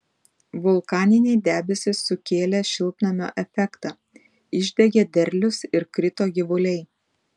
vulkaniniai debesys sukėlė šiltnamio efektą išdegė derlius ir krito gyvuliai